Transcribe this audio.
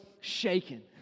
shaken